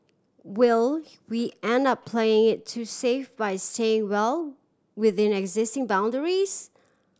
will we end up playing it too safe by staying well within existing boundaries